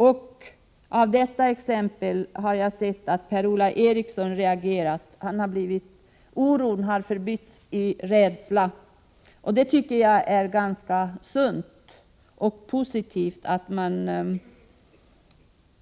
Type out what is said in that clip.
Och jag har sett att Per-Ola Erikssons reaktion på detta exempel har blivit att hans oro förbytts i rädsla. Jag tycker att det är ganska sunt och positivt att man